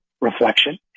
Reflection